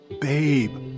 babe